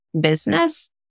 business